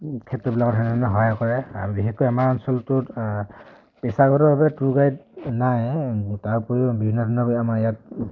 ক্ষেত্ৰবিলাকত সাধাৰণতে সহায় কৰে আৰু বিশেষকৈ আমাৰ অঞ্চলটোত পেচাগতভাৱে টুৰ গাইড নাই তাৰ উপৰিও বিভিন্ন ধৰণৰ আমাৰ ইয়াত